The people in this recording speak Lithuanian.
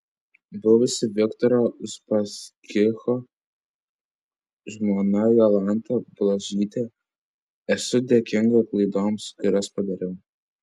buvusi viktoro uspaskicho žmona jolanta blažytė esu dėkinga klaidoms kurias padariau